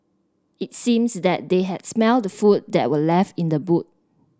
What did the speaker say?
it seems that they had smelt the food that were left in the boot